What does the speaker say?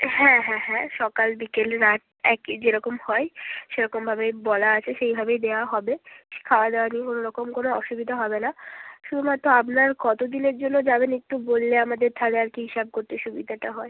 হ্যাঁ হ্যাঁ হ্যাঁ সকাল বিকেল রাত একই যেরকম হয় সেরকমভাবেই বলা আছে সেইভাবেই দেওয়া হবে খাওয়া দাওয়া নিয়ে কোনো রকম কোনো অসুবিধা হবে না শুদুমাত্র আপনার কতো দিনের জন্য যাবেন একটু বললে আমাদের তাহলে আর কি হিসাব করতে সুবিধাটা হয়